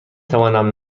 توانم